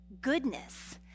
goodness